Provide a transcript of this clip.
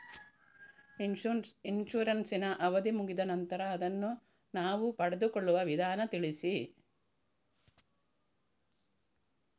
Insurance ನ ಅವಧಿ ಮುಗಿದ ನಂತರ ಅದನ್ನು ನಾವು ಪಡೆದುಕೊಳ್ಳುವ ವಿಧಾನ ತಿಳಿಸಿ?